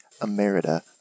Emerita